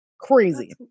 crazy